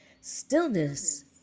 Stillness